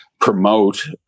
promote